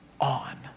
on